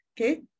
okay